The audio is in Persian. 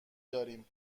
داریم